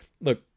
look